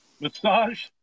Massage